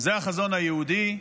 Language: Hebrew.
זה החזון היהודי.